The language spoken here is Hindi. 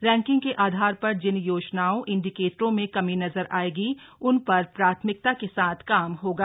रैंकिंग के आधार पर जिन योजनाओं इंडीकेटरों में कमी नजर आयेगी उन पर प्राथमिकता के साथ काम होगा